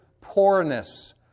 poorness